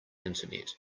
internet